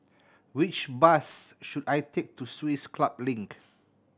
which bus should I take to Swiss Club Link